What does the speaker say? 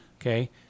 Okay